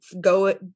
go